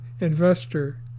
investor